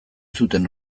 zuten